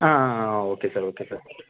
ஆ ஆ okay sir okay sir